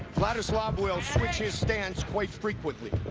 vladislav will switch his stance quite frequently.